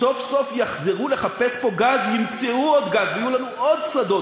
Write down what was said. סוף-סוף יחזרו לחפש פה גז ימצאו עוד גז ויהיו לנו עוד שדות,